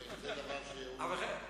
יקירי,